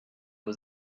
was